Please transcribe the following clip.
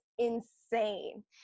insane